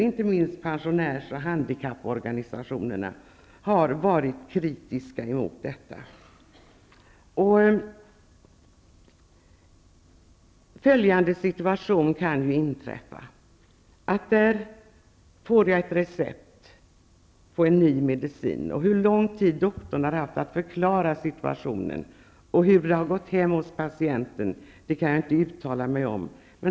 Inte minst pensionärs och handikapporganisationerna har varit kritiska. Följande situation kan inträffa. Patienten får ett recept på en ny medicin. Hur lång tid doktorn har haft att förklara situationen och hur det har gått hem hos patienten kan jag inte uttala mig om.